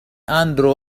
أندرو